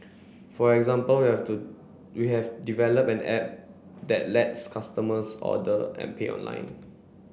for example we have to we have developed an app that lets customers order and pay online